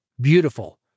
beautiful